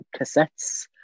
cassettes